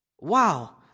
wow